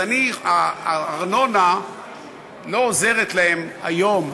הארנונה לא עוזרת להם היום,